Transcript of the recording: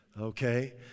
okay